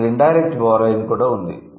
ఇప్పుడు indirect borrowing కూడా ఉంది